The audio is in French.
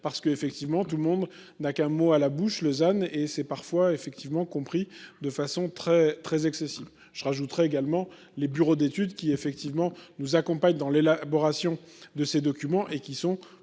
parce qu'effectivement tout le monde n'a qu'un mot à la bouche, Lausanne et c'est parfois effectivement compris de façon très très accessible. Je rajouterai également les bureaux d'études qui effectivement nous accompagne dans l'élaboration de ces documents et qui sont